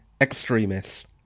extremists